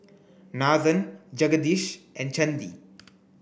Nathan Jagadish and Chandi